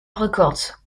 records